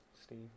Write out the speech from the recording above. Steve